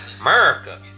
America